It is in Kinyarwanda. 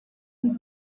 undi